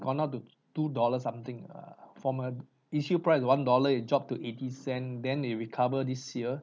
convert to two dollars something ah from a issue price one dollar it dropped to eighty cents then it recover this year